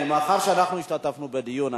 מאחר שאנחנו השתתפנו בדיון,